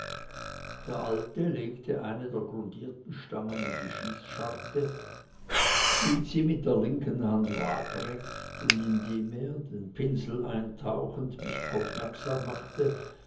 der alte legte eine der grundierten stangen in die schießscharte hielt sie in der linken hand waagrecht und indem er den pinsel eintauchend mich aufmerksam machte